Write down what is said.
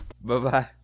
Bye-bye